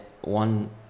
one